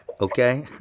okay